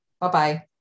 Bye-bye